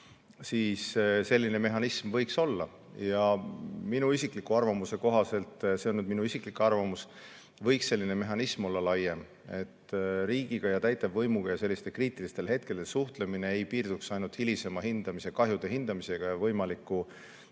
siis selline mehhanism võiks olla. Ja minu isikliku arvamuse kohaselt – see on minu isiklik arvamus – võiks selline mehhanism olla laiem, nii et riigiga, täitevvõimuga sellistel kriitilistel hetkedel suhtlemine ei piirduks ainult hilisema kahjude hindamisega ja võimaliku